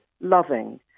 loving